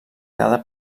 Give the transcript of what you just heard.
cada